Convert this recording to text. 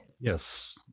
Yes